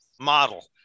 model